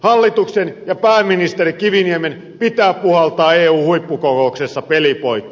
hallituksen ja pääministeri kiviniemen pitää puhaltaa eun huippukokouksessa peli poikki